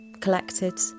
collected